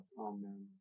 Amen